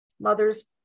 mother's